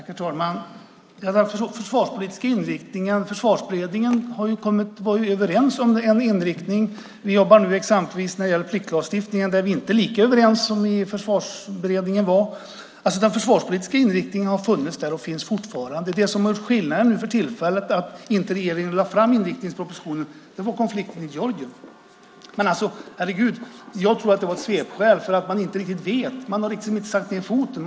Herr talman! När det gäller den försvarspolitiska inriktningen var Försvarsberedningen överens om en inriktning, men när det gäller exempelvis pliktlagstiftningen är vi inte lika överens. Den försvarspolitiska inriktningen finns kvar. Det som är skillnaden nu och anledningen till att regeringen inte lade fram någon inriktningsproposition är konflikten i Georgien. Jag tror att det var ett svepskäl för att man inte riktigt vet. Man har liksom inte satt ned foten.